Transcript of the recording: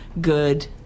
good